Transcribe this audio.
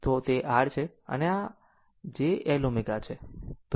તો આ તે R છે અને આ j L ω છે